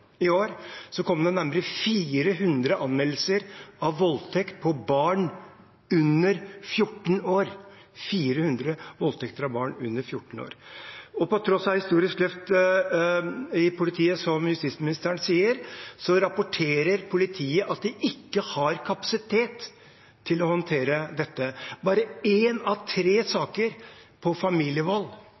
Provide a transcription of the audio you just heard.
i år kom det nærmere 400 anmeldelser om voldtekt av barn under 14 år – 400 voldtekter av barn under 14 år! På tross av et historisk løft i politiet, som justisministeren sier, rapporterer politiet at de ikke har kapasitet til å håndtere dette. Bare én av tre saker som gjelder familievold,